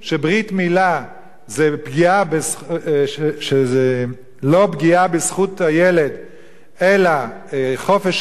מילה זה לא פגיעה בזכות הילד או חופש הדת,